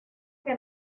que